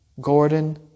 Gordon